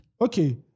Okay